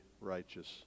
righteous